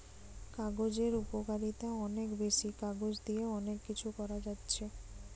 কাগজের উপকারিতা অনেক বেশি, কাগজ দিয়ে অনেক কিছু করা যাচ্ছে